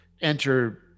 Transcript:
enter